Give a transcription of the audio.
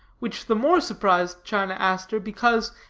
which the more surprised china aster, because,